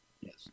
Yes